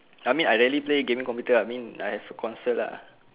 I mean I rarely play gaming computer uh I mean I have a console lah